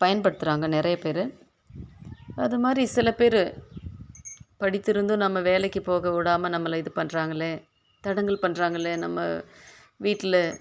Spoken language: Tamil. பயன்படுத்துகிறாங்க நிறைய பேர் அதுமாதிரி சில பேர் படித்திருந்தும் நம்ம வேலைக்கு போகவிடாம நம்மளை இது பண்ணுறாங்களே தடங்கல் பண்ணுறாங்களே நம்ம வீட்டில்